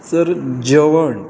जर जेवण